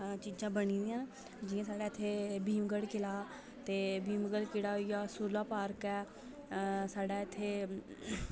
चीजां बनी दियां जि'यां साढ़ै इत्थै भीम गढ़ किला ते भीम गढ़ किला होई गेआ सु'ल्ला पार्क ऐ साढ़ै इत्थै